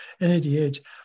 NADH